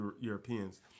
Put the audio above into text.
Europeans